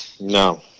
No